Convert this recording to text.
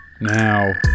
Now